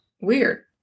weird